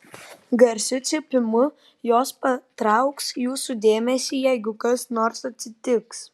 garsiu cypimu jos patrauks jūsų dėmesį jeigu kas nors atsitiks